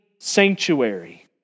sanctuary